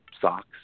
socks